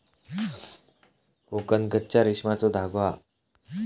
कोकन कच्च्या रेशमाचो धागो हा